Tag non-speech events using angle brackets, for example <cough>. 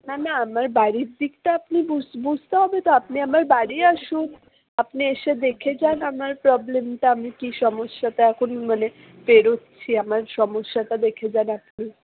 না না আমার বাড়ির দিকটা আপনি বুঝতে হবে তো আপনি আমার বাড়ি আসুন আপনি এসে দেখে যান আমার প্রবলেমটা আমি কী সমস্যাতে এখন মানে <unintelligible> পেরোচ্ছি আমার সমস্যাটা দেখে যান আপনি